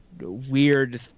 weird